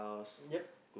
yup